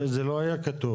זה לא היה כתוב.